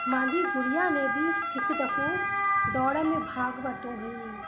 मां जी गुड़िया ने बि हिक दफ़ो दौड़ में भाग वरितो हुयईं